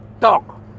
talk